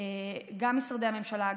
גם משרדי הממשלה,